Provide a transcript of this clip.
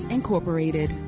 Incorporated